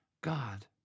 God